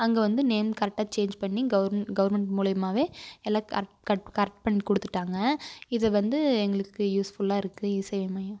அங்கே வந்து நேம் கரெக்டாக சேஞ்ச் பண்ணி கவுர்மெண்ட் கவுர்மெண்ட் மூலிமாவே எல்லா கர்ட் கர்ட் கரெக்ட் பண்ணி கொடுத்துட்டாங்க இது வந்து எங்களுக்கு யூஸ்ஃபுல்லாக இருக்குது இ சேவை மையம்